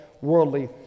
worldly